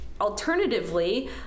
Alternatively